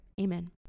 Amen